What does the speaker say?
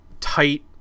tight